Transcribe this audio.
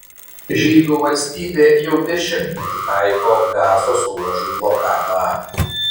žydų valstybė jau dešimtmetį taiko gazos ruožui blokadą